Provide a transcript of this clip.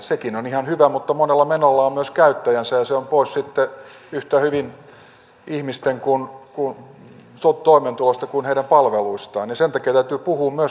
sekin on ihan hyvä mutta monella menolla on myös käyttäjänsä ja se on sitten pois yhtä hyvin ihmisten toimeentulosta kuin heidän palveluistaan ja sen takia täytyy puhua myös tulopuolesta